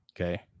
okay